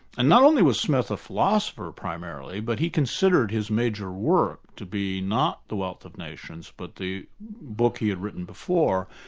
and not only was smith a philosopher primarily, but he considered his major work to be not the wealth of nations, but the book he had written before,